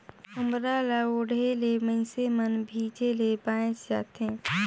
खोम्हरा ल ओढ़े ले मइनसे मन भीजे ले बाएच जाथे